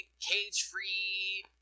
cage-free